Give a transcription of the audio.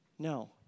No